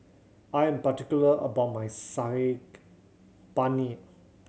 I am particular about my Saag Paneer